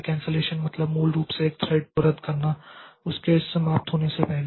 cancellation मतलब मूल रूप से एक थ्रेड को रद्द करना उसके समाप्त होने से पहले